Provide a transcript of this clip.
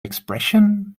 expression